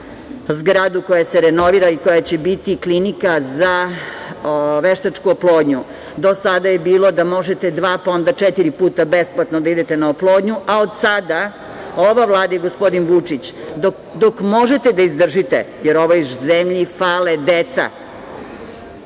zgradu koja se renovira i koja će biti klinika za veštačku oplodnju. Do sada je bilo da možete dva, pa onda četiri puta besplatno da idete na oplodnju, a od sada ova Vlada i gospodin Vučić, dok možete da izdržite, jer ovoj zemlji fale